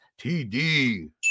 TD